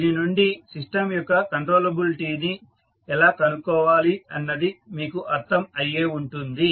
దీని నుండి సిస్టం యొక్క కంట్రోలబులిటీ ని ఎలా కనుక్కోవాలి అన్నది మీకు అర్థం అయ్యే ఉంటుంది